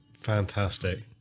Fantastic